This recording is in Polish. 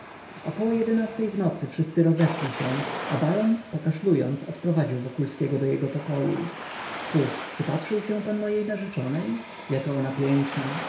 około ej w nocy wszyscy rozeszli się a baron pokaszlując odprowadził wokulskiego do jego pokoju cóż przypatrzył się pan mojej narzeczonej jaka ona piękna